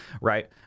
right